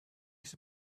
his